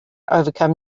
overcome